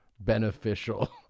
beneficial